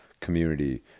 community